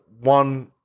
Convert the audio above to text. one